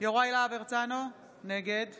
יוראי להב הרצנו, נגד